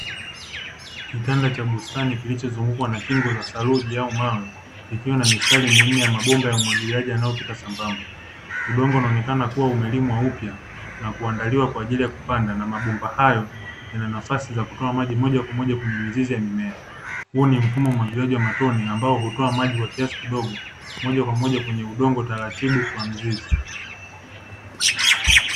Kitanda cha bustani kilichozungukwa na kingo za saruji au mawe kikiwa na mistari minne ya mabomba ya umwagiliaji yanayopita sambamba, udongo unaonekana kuwa umelimwa upya na kuandaliwa kwa ajili ya kupanda na mabomba hayo yana nafasi za kutoa maji moja kwa moja kwenye mizizi ya mimea huu ni mfumo wa umwagiliaji wa matone ambao hutoa maji kwa kiasi kidogo moja kwa moja kwenye udongo taratibu kwa mizizi.